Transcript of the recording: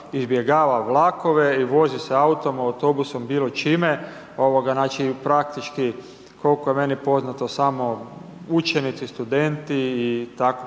izbjegava vlakove i vozi se autom, autobusom, bilo čime, znači praktički, koliko je meni poznato samo učenici, studenti i tako